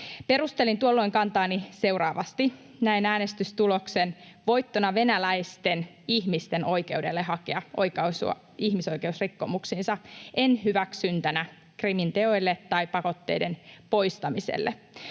Perustelin tuolloin kantaani seuraavasti: ”Näen äänestystuloksen voittona venäläisten ihmisten oikeudelle hakea oikaisua ihmisoikeusrikkomuksiinsa, en hyväksyntänä Krimin teoille tai pakotteiden poistamiselle.